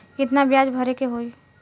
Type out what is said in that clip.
कितना ब्याज भरे के होई?